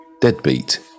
deadbeat